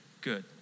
Good